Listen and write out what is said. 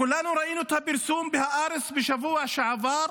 כולנו ראינו את הפרסום בהארץ בשבוע שעבר,